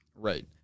Right